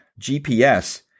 GPS